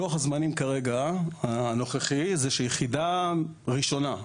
לוח הזמנים הנוכחי הוא שיחידה ראשונה,